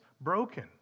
broken